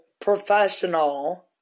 professional